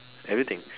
everything